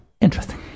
interesting